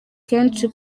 kenshi